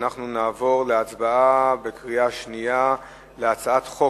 אנחנו נעבור להצבעה בקריאה שנייה על הצעת חוק